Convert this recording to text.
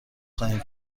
خواهیم